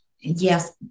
Yes